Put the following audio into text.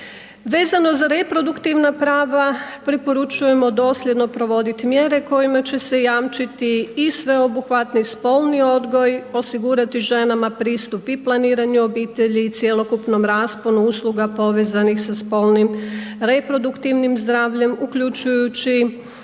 Vezano za reproduktivna prava, preporučujemo dosljedno provoditi mjere kojima će se jamčiti i sveobuhvatni spolni odgoj, osigurati ženama pristup i planiranju obitelji i cjelokupnom rasponu usluga povezanim sa spolnim reproduktivnim zdravljem uključujući